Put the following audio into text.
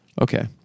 Okay